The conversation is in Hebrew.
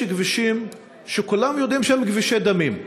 יש כבישים שכולם יודעים שהם כבישי דמים,